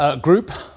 group